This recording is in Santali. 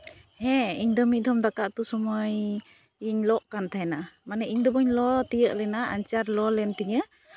ᱦᱮᱸ ᱤᱧᱫᱚ ᱢᱤᱫ ᱫᱷᱚᱢ ᱫᱟᱠᱟ ᱩᱛᱩ ᱥᱚᱢᱚᱭ ᱤᱧ ᱞᱚᱜ ᱠᱟᱱ ᱛᱟᱦᱮᱱᱟ ᱢᱟᱱᱮ ᱤᱧᱫᱚ ᱵᱟᱹᱧ ᱞᱚ ᱛᱤᱭᱚᱜ ᱞᱮᱱᱟ ᱟᱧᱪᱟᱨ ᱞᱚ ᱞᱮᱱ ᱛᱤᱧᱟᱹ